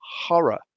horror